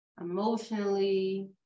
emotionally